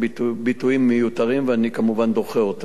ביטויים מיותרים, ואני כמובן דוחה אותם.